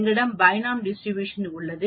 எங்களிடம் BINOM distribution உள்ளது